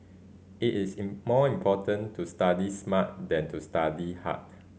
it is in more important to study smart than to study hard